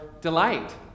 delight